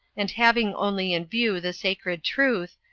and having only in view the sacred truth,